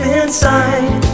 inside